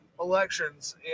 elections